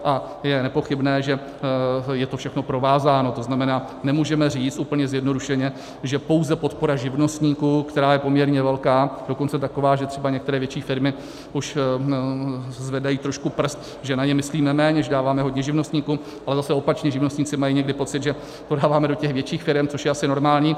A je nepochybné, že je to všechno provázáno, to znamená, nemůžeme říct úplně zjednodušeně, že pouze podpora živnostníků, která je poměrně velká, dokonce taková, že třeba některé větší firmy už zvedají trošku prst, že na ně myslíme méně, že dáváme hodně živnostníkům, ale zase opačně, živnostníci mají někdy pocit, že to dáváme do těch větších firem, což je asi normální.